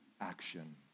action